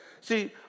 See